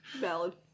Valid